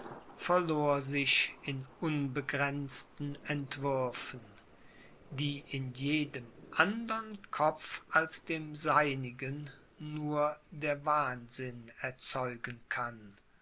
verlor sich in unbegrenzten entwürfen die in jedem andern kopf als dem seinigen nur der wahnsinn erzeugen kann